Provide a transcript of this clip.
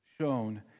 shown